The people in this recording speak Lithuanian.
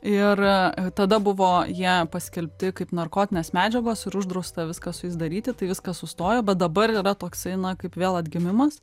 ir tada buvo jie paskelbti kaip narkotinės medžiagos ir uždrausta viską su jais daryti tai viskas sustojo bet dabar yra toksai na kaip vėl atgimimas